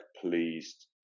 pleased